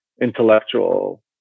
intellectual